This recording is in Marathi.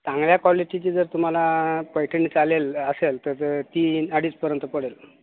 चांगल्या क्वालिटीची जर तुम्हाला पैठणी चालेल असेल तर तीन अडीचपर्यंत पडेल